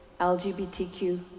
LGBTQ